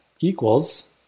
equals